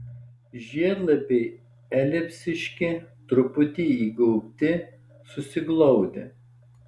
žiedlapiai elipsiški truputį įgaubti susiglaudę